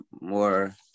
more